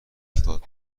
افتاد